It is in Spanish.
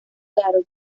caro